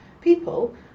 People